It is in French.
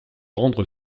rendre